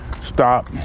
stop